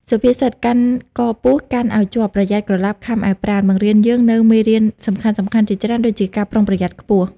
សុភាសិត "កាន់កពស់កាន់ឲ្យជាប់ប្រយ័ត្នក្រឡាប់ខាំឯប្រាណ" បង្រៀនយើងនូវមេរៀនសំខាន់ៗជាច្រើនដូចជាការប្រុងប្រយ័ត្នខ្ពស់។